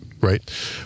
right